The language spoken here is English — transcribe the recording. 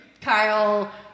Kyle